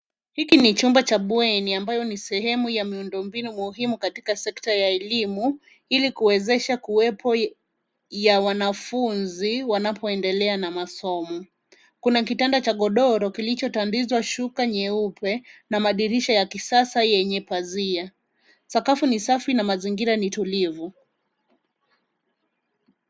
Hiki ni chumba cha bweni ambayo ni sehemu ya miundombinu muhimu katika sekta ya elimu, ili kuwezesha kuwepo ya wanafunzi wanapoendelea na masomo. Kuna kitanda cha godoro kilichotandizwa shuka nyeupe, na madirisha ya kisasa yenye pazia. Sakafu ni safi na mazingira ni tulivu.